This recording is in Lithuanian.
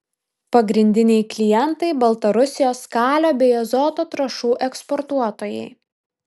pagrindiniai klientai baltarusijos kalio bei azoto trąšų eksportuotojai